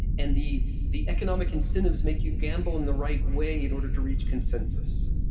and the the economic incentives make you gamble in the right way in order to reach consensus.